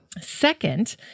Second